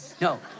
no